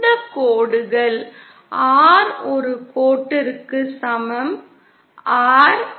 இந்த கோடுகள் R ஒரு கோட்டிற்கு சமம் R 0